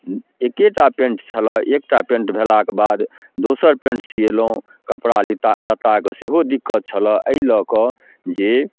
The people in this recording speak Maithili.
एक्केटा पैन्ट छलै एकटा पैन्ट भेलाके बाद दोसर पैन्ट सिएलहुँ कपड़ा लित्ता लत्ताके सेहो दिक्कत छलै एहि लऽ कऽ जे